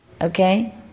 okay